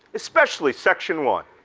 especially section one,